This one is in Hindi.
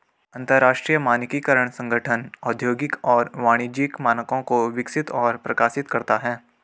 अंतरराष्ट्रीय मानकीकरण संगठन औद्योगिक और वाणिज्यिक मानकों को विकसित और प्रकाशित करता है